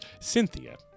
cynthia